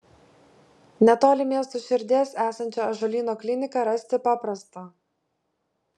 netoli miesto širdies esančią ąžuolyno kliniką rasti paprasta